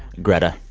greta,